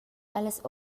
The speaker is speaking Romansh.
allas